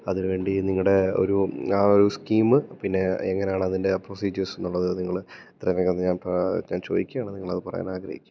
അതിന് വേണ്ടി നിങ്ങളുടെ ഒരു ആ ഒരു സ്കീമ് പിന്നെ എങ്ങനെയാണ് അതിൻ്റെ പ്രൊസീജിയേഴ്സ് എന്നുള്ളത് നിങ്ങൾ എത്രയും വേഗം ഞാൻ ഞാൻ ചോദിക്കുകയാണ് നിങ്ങളത് പറയാൻ ആഗ്രഹിക്കും